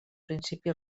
principi